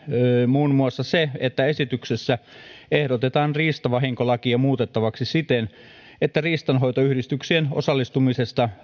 muun muassa se että esityksessä ehdotetaan riistavahinkolakia muutettavaksi siten että riistanhoitoyhdistyksien riistavahinkotarkastuksiin osallistumisesta